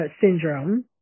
syndrome